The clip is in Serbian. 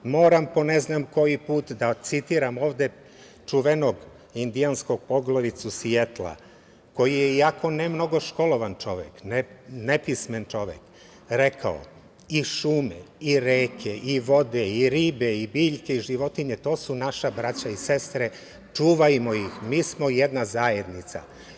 Moram, po ne znam koji put, da citiram ovde čuvenog indijanskog poglavicu Sijetla, koji je, iako ne mnogo školovan čovek, nepismen čovek, rekao: "I šume, i reke, i vode, i ribe, i biljke i životinje, to su naša braća i sestre, čuvajmo ih, mi smo jedna zajednica"